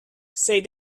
said